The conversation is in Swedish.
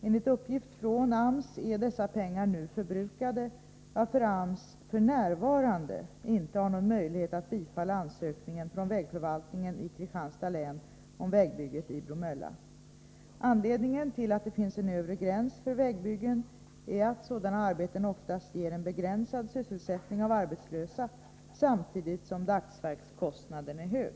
Enligt uppgift från AMS är dessa pengar nu förbrukade, varför AMS f.n. inte har någon möjlighet att bifalla ansökningen från vägförvaltningen i Kristianstads län om vägbygget i Bromölla. Anledningen till att det finns en övre gräns för vägbyggen är att sådana arbeten oftast ger en begränsad sysselsättning av arbetslösa samtidigt som dagsverkskostnaden är hög.